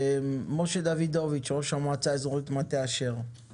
משה דוידוביץ, ראש המועצה האזורית מטה אשר, בבקשה.